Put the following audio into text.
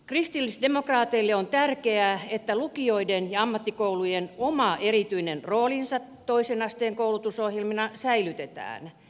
kristillisdemokraateille on tärkeää että lukioiden ja ammattikoulujen omat erityiset roolit toisen asteen koulutusohjelmina säilytetään